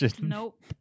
nope